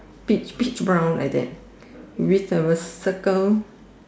peach peach brown like that which have a circle